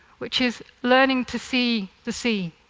which is learning to see the sea.